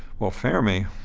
well, fermi,